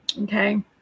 Okay